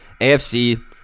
AFC